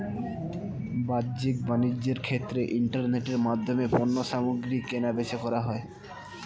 বাহ্যিক বাণিজ্যের ক্ষেত্রে ইন্টারনেটের মাধ্যমে পণ্যসামগ্রী কেনাবেচা করা হয়